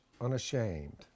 unashamed